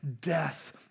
death